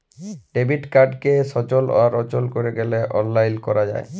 debit কাড়কে সচল আর অচল ক্যরতে গ্যালে অললাইল ক্যরা যায়